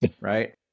right